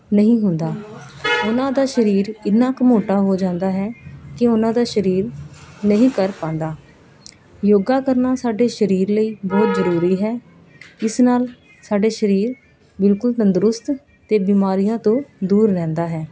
ਨਹੀਂ ਹੁੰਦਾ ਉਹਨਾਂ ਦਾ ਸਰੀਰ ਇੰਨਾ ਕੁ ਮੋਟਾ ਹੋ ਜਾਂਦਾ ਹੈ ਕਿ ਉਹਨਾਂ ਦਾ ਸਰੀਰ ਨਹੀਂ ਕਰ ਪਾਉਂਦਾ ਯੋਗਾ ਕਰਨਾ ਸਾਡੇ ਸਰੀਰ ਲਈ ਬਹੁਤ ਜ਼ਰੂਰੀ ਹੈ ਇਸ ਨਾਲ ਸਾਡੇ ਸਰੀਰ ਬਿਲਕੁਲ ਤੰਦਰੁਸਤ ਅਤੇ ਬਿਮਾਰੀਆਂ ਤੋਂ ਦੂਰ ਰਹਿੰਦਾ ਹੈ